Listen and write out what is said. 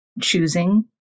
choosing